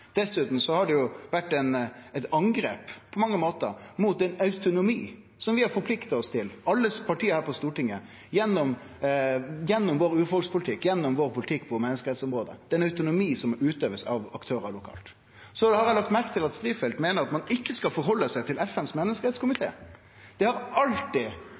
Dessutan har det jo på mange måtar vore eit angrep på ein autonomi som vi har forplikta oss til – alle partia her på Stortinget – gjennom urfolkspolitikken vår, gjennom politikken vår på menneskerettsområdet. Det er ein autonomi som må utøvast av aktørar lokalt. Så har eg lagt merke til at Strifeldt meiner at ein ikkje skal rette seg etter FNs menneskerettskomité. Sidan vi inngjekk i den konvensjonen, har vi alltid